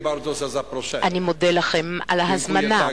אני מודה לכם על ההזמנה,